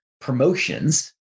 promotions